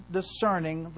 discerning